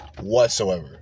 whatsoever